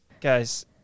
guys